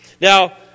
Now